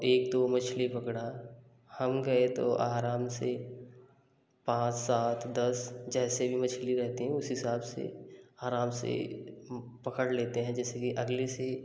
एक दो मछली पकड़ा हम गए तो आराम से पाँच सात दस जैसे भी मछली रहती हैं उस हिसाब से आराम से पकड़ लेते हैं जैसे कि अगली सी